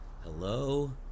Hello